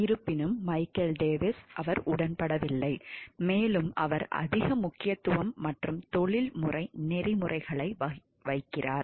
இருப்பினும் Michael Davis அவர் உடன்படவில்லை மேலும் அவர் அதிக முக்கியத்துவம் மற்றும் தொழில்முறை நெறிமுறைகளை வைக்கிறார்